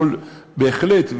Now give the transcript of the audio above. יכול בהחלט,